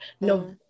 No